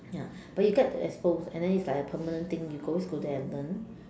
ya but you get to expose and then it's like a permanent thing you always go there and learn